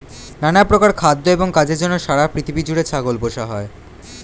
নানা প্রকার খাদ্য এবং কাজের জন্য সারা পৃথিবী জুড়ে ছাগল পোষা হয়